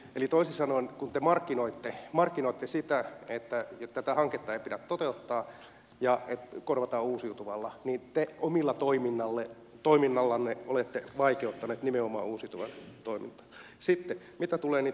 eli toisin sanoen kun te markkinoitte sitä että tätä hanketta ei pidä toteuttaa ja korvataan uusiutuvalla niin te omalla toiminnallanne olette vaikeuttaneet nimenomaan uusiutuvan toimintaa